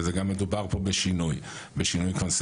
וזה גם מדובר פה בשינוי קונספציה.